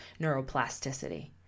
neuroplasticity